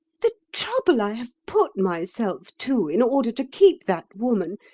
the trouble i have put myself to in order to keep that woman,